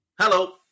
Hello